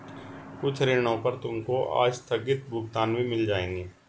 कुछ ऋणों पर तुमको आस्थगित भुगतान भी मिल जाएंगे